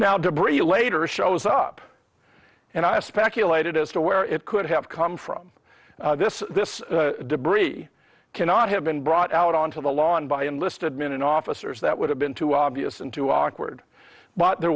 now debris later shows up and i speculated as to where it could have come from this this debris cannot have been brought out onto the lawn by enlisted men and officers that would have been too obvious and to awkward but there